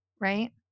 Right